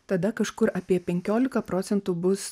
tada kažkur apie penkiolika procentų bus